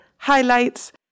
highlights